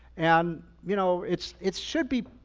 and you know it's it's should be,